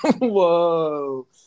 whoa